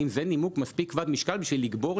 האם זה נימוק מספיק כבד משקל בשביל לגבור,